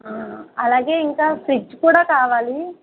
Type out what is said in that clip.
అలాగే ఇంకా ఫ్రిడ్జ్ కూడా కావాలి